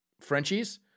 Frenchies